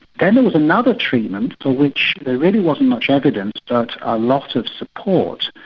then there was another treatment, for which there really wasn't much evidence but a lot of support,